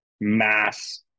mass